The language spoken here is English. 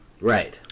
Right